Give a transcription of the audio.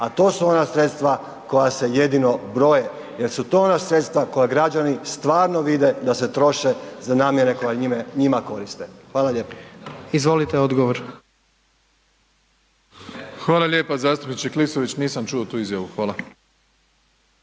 a to su ona sredstva koja se jedino broje jer su to ona sredstva koja građani stvarno vide da se troše za namjene koje njima koriste. Hvala lijepo. **Jandroković, Gordan (HDZ)** Izvolite odgovor. **Plenković, Andrej